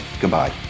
Goodbye